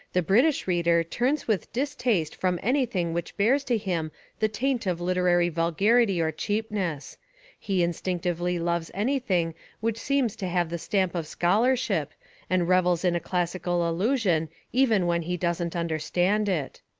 the british reader turns with distaste from anything which bears to him the taint of liter ary vulgarity or cheapness he instinctively loves anything which seems to have the stamp of scholarship and revels in a classical allusion even when he doesn't understand it.